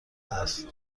است